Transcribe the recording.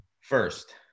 First